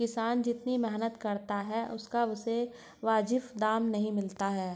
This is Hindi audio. किसान जितनी मेहनत करता है उसे उसका वाजिब दाम नहीं मिलता है